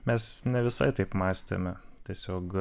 mes ne visai taip mąstėme tiesiog